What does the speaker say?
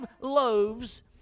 loaves